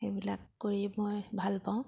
এইবিলাক কৰিয়ে মই ভালপাওঁ